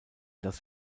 las